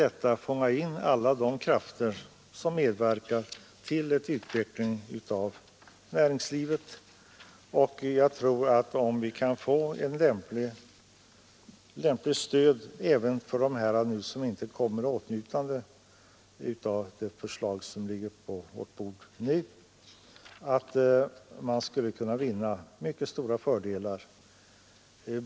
Att forskningsstöd kan utgå också till den mindre industrin borde vara naturligt, och även jordbruket och skogsbruket bör kunna utnyttja den möjlighet som erbjuds.